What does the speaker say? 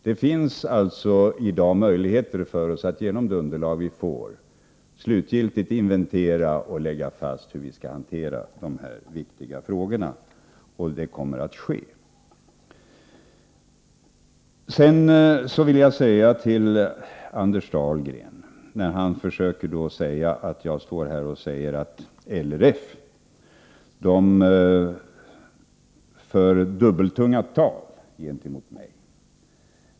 Det finns alltså i dag möjligheter för oss att genom det underlag som vi får slutgiltigt inventera och lägga fast hur vi skall hantera dessa viktiga frågor. Det kommer också att ske. Anders Dahlgren försökte påstå att jag har sagt att LRF för ett dubbeltungat tal gentemot mig.